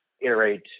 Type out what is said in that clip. iterate